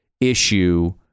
issue